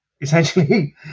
essentially